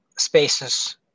Spaces